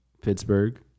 Pittsburgh